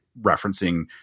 referencing